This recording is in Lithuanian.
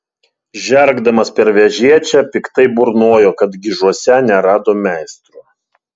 žergdamas per vežėčią piktai burnojo kad gižuose nerado meistro